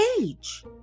age